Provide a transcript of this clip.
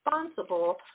responsible